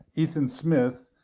ethan smith,